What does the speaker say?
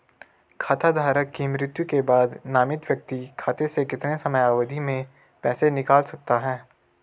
खाता धारक की मृत्यु के बाद नामित व्यक्ति खाते से कितने समयावधि में पैसे निकाल सकता है?